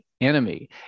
enemy